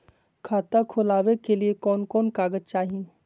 खाता खोलाबे के लिए कौन कौन कागज चाही?